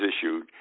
issued